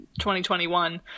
2021